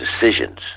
decisions